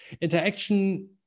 interaction